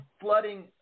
flooding